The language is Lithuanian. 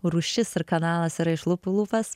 rūšis ir kanalas yra iš lūpų į lūpas